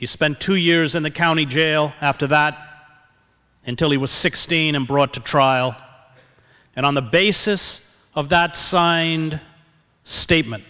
he spent two years in the county jail after that until he was sixteen and brought to trial and on the basis of that signed statement